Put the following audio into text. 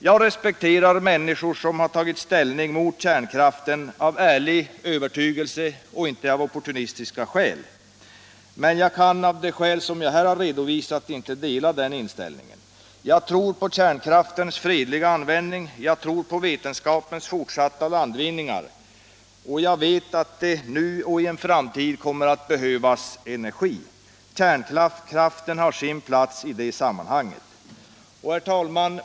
Jag respekterar människor som har tagit ställning mot kärnkraften av ärlig övertygelse och inte av opportunistiska skäl, men jag kan av de skäl som jag här har redovisat inte dela deras inställning. Jag tror på kärnkraftens fredliga användning, jag tror på vetenskapens fortsatta landvinningar, och jag vet att det nu och i framtiden behövs energi. Kärnkraften har sin plats i det sammanhanget. Herr talman!